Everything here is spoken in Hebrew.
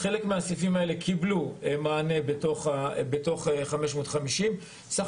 חלק מהסעיפים האלה קיבלו מענה בתוך 550. בסך